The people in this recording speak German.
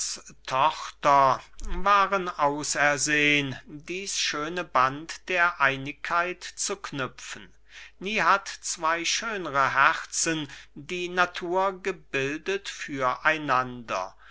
tochter waren ausersehn dies schöne band der einigkeit zu knüpfen nie hat zwei schönre herzen die natur gebildet